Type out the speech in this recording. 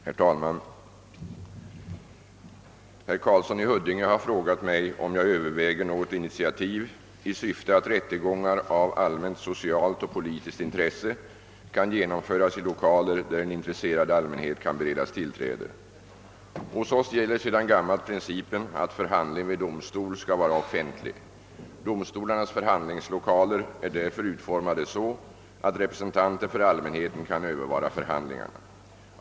Herr talman! Herr Karlsson i Huddinge har frågat mig om jag överväger något initiativ i syfte att rättegångar av allmänt socialt och politiskt intresse kan genomföras i lokaler där en intresserad allmänhet kan beredas tillträde. Hos oss gäller sedan gammalt principen att förhandling vid domstol skall vara offentlig. Domstolarnas förhandlingslokaler är därför utformade så att representanter för allmänheten kan övervara förhandlingarna.